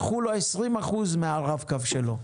לקחו לו 20 אחוז מהרב-קו שלו.